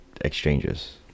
exchanges